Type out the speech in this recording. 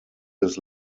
his